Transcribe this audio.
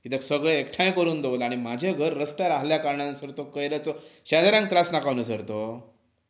कित्याक सगळें एकठांय करून दवरला आनी म्हजें घर रस्त्या आसल्या कारणान सर तो कोयराचो शेजाऱ्यांक त्रास नाका न्हय सर तो